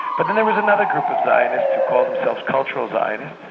but then there was another group of zionists who call themselves cultural zionists,